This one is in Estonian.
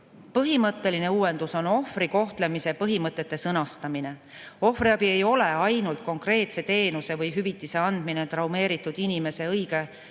Põhimõtteline uuendus on ohvri kohtlemise põhimõtete sõnastamine. Ohvriabi ei ole ainult konkreetse teenuse või hüvitise andmine, [vaid] traumeeritud inimese õige